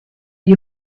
you